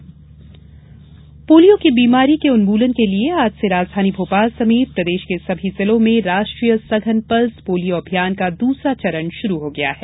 pulse polio polio की बीमारी के उन्मूलन के लिए आज से राजधानी भोपाल समेत प्रदेश के सभी जिलों में राष्ट्रीय सघन पल्स पोलियो अभियान का दूसरा चरण शुरू हो गया है